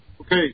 Okay